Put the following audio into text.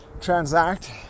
transact